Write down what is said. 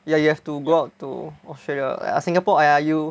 ya you have to go out to Australia !aiya! Singapore !aiya! you